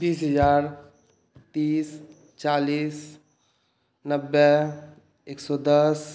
बीस हजार तीस चालीस नब्बे एक सए दस